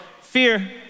fear